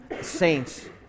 saints